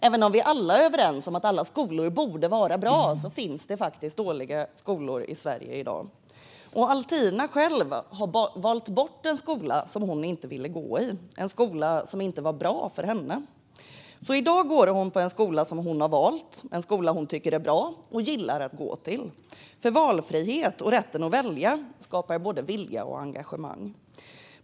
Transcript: Även om vi alla är överens om att alla skolor borde vara bra finns det faktiskt dåliga skolor i Sverige i dag. Altina själv har valt bort en skola som hon inte ville gå i, en skola som inte var bra för henne. I dag går hon på en skola som hon har valt, en skola som hon tycker är bra och som hon gillar att gå till. Valfrihet och rätten att välja skapar nämligen både vilja och engagemang.